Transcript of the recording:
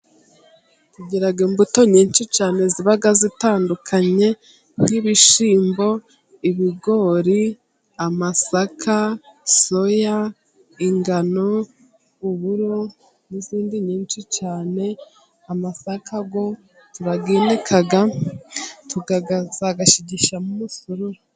Tugira imbuto nyinshi cyane. Ziba zitandukanye : nk'ibishimbo, ibigori, amasaka, soya, ingano, uburo n'izindi nyinshi cyane. Amasaka yo turayinika tukazayashigishamo umusururu.